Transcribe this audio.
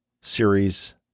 series